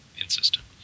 Insistent